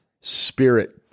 spirit